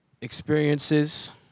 Experiences